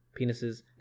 penises